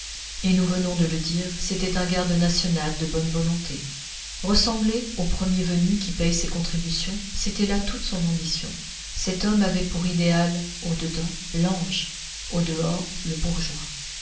et nous venons de le dire c'était un garde national de bonne volonté ressembler au premier venu qui paye ses contributions c'était là toute son ambition cet homme avait pour idéal au dedans l'ange au dehors le bourgeois